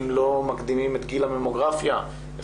אם לא מקדימים את גיל הממוגרפיה אפשר